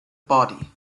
body